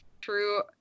true